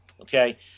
Okay